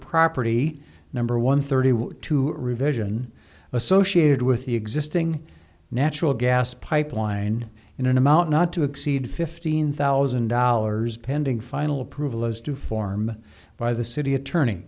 property number one thirty two revision associated with the existing natural gas pipeline in an amount not to exceed fifteen thousand dollars pending final approval as to form by the city attorney